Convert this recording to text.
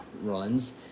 runs